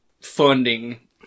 funding